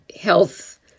health